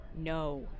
No